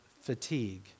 fatigue